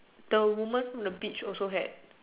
the woman from the beach also had